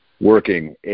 working